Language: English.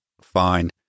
fine